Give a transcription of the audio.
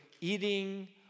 eating